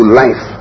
life